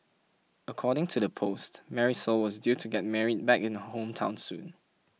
according to the post Marisol was due to get married back in the hometown soon